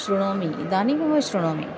शृणोमि इदानीमेव शृणोमि